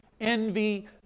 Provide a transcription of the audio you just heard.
envy